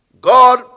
god